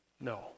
No